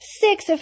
six